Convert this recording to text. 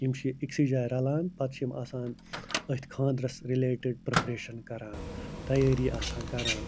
یِم چھِ أکۍسٕے جایہِ رَلان پتہٕ چھِ یِم آسان أتھۍ خاندرَس رٔلیٹِڈ پرٛیپرٛیشَن کران تیٲری آسان کران